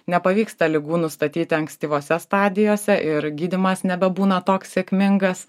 nepavyksta ligų nustatyti ankstyvose stadijose ir gydymas nebebūna toks sėkmingas